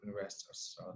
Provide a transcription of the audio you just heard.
investors